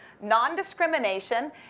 non-discrimination